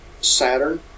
Saturn